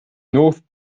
north